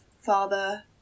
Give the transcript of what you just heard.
father